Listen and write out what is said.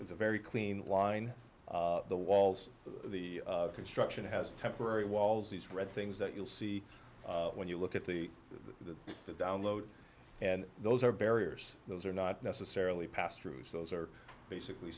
is a very clean line the walls the construction has temporary walls these red things that you'll see when you look at the downloads and those are barriers those are not necessarily passed through so those are basically